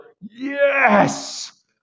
yes